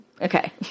Okay